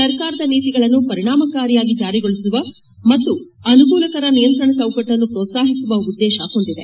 ಸರ್ಕಾರದ ನೀತಿಗಳನ್ನು ಪರಿಣಾಮಕಾರಿಯಾಗಿ ಜಾರಿಗೊಳಿಸುವ ಮತ್ತು ಅನುಕೂಲಕರ ನಿಯಂತ್ರಣ ಚೌಕಟ್ಟನ್ನು ಪ್ರೋತ್ಸಾಹಿಸುವ ಉದ್ದೇಶ ಹೊಂದಿದೆ